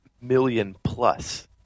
million-plus